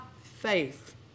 faith